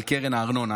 על קרן הארנונה.